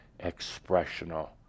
Expressional